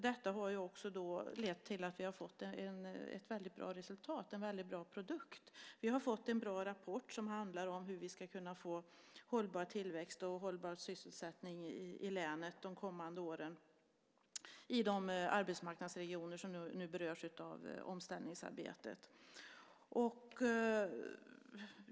Detta har också lett till att vi har fått ett väldigt bra resultat och en väldigt bra produkt. Vi har fått en bra rapport som handlar om hur vi ska kunna få hållbar tillväxt och hållbar sysselsättning i länet de kommande åren i de arbetsmarknadsregioner som nu berörs av omställningsarbetet.